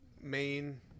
main